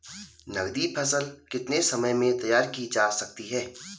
नगदी फसल कितने समय में तैयार की जा सकती है?